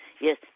Yes